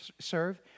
serve